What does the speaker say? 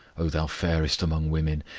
o thou fairest among women?